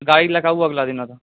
गाड़ी लऽ कऽ आबू अगिला दिन अहाँ